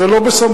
זה לא בסמכותנו,